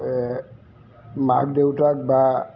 এই মাক দেউতাক বা